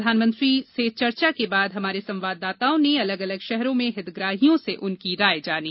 प्रधानमंत्री से चर्चा के बाद हमारे संवाददाताओं ने अलग अलग शहरों में हितग्राहियों से उनकी राय जानी